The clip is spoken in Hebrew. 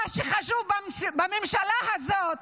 מה שחשוב בממשלה הזאת